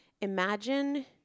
imagine